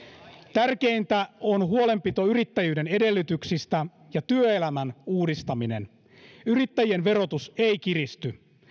tärkeintä on huolenpito yrittäjyyden edellytyksistä ja työelämän uudistaminen yrittäjien verotus ei kiristy